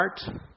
heart